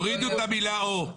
תורידו את המילה "או".